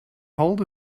hold